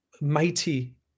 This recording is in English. mighty